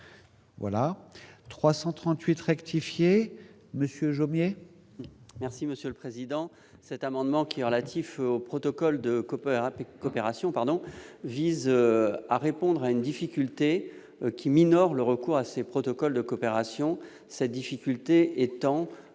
Voilà 338 rectifier Monsieur Jomier. Merci monsieur le président, cet amendement qui relatifs au protocole de coopérative coopération pardon vise à répondre à une difficulté qui minore le recours à ces protocoles de coopération sa difficulté étant